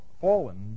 fallen